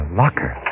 locker